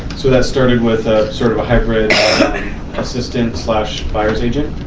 so that started with ah sort of a hybrid assistant buyers agent.